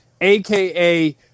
AKA